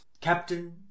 Captain